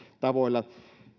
tavoilla